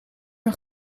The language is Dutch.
een